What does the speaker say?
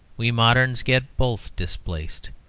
we moderns get both displaced.